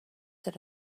that